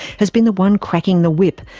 has been the one cracking the whip,